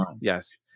yes